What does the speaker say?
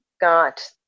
got